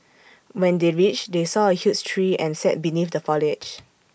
when they reached they saw A huge tree and sat beneath the foliage